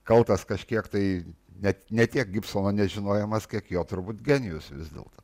kaltas kažkiek tai net ne tiek gipsono nežinojimas kiek jo turbūt genijus vis dėlto